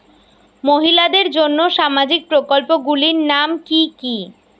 মহিলাদের জন্য সামাজিক প্রকল্প গুলির নাম কি কি?